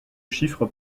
chiffre